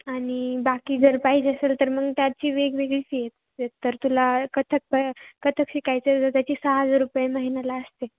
आणि बाकी जर पाहिजे असल तर मग त्याची वेगवेगळी फी आहे तर तुला कथक प कथक शिकायचं तर त्याची सहा हजार रुपये महिन्याला असते